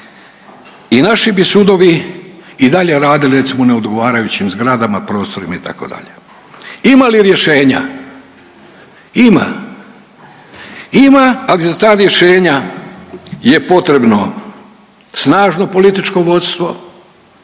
i naši bi sudovi i dalje radili recimo u neodgovarajućim zgradama, prostorima itd.. Ima li rješenja? Ima, ali za ta rješenja je potrebno snažno političko vodstvo,